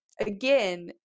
again